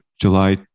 July